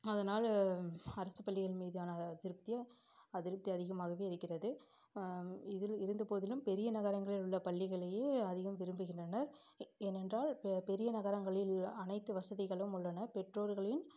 அதனால் அரசுப் பள்ளிகளின் மீதான திருப்தியும் அதிருப்தி அதிகமாகவே இருக்கிறது இதில் இருந்தபோதிலும் பெரிய நகரங்களில் உள்ள பள்ளிகளையே அதிகம் விரும்புகின்றனர் ஏனென்றால் பெ பெரிய நகரங்களில் அனைத்து வசதிகளும் உள்ளன பெற்றோர்களின்